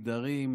המגדרים,